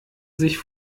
sich